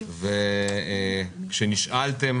וכשנשאלתם